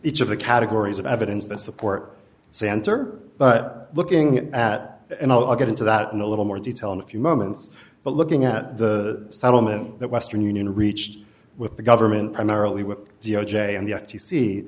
each of the categories of evidence the support center but looking at and i'll get into that in a little more detail in a few moments but looking at the settlement that western union reached with the government primarily with d o j and